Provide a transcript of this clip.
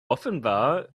offenbar